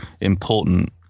important